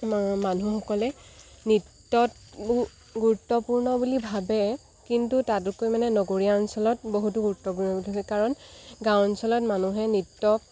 মানুহসকলে নৃত্যত গুৰুত্বপূৰ্ণ বুলি ভাবে কিন্তু তাতকৈ মানে নগৰীয়া অঞ্চলত বহুতো গুৰুত্বপূৰ্ণ বুলি ভাৱে কাৰণ গাঁও অঞ্চলত মানুহে নৃত্য